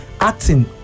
acting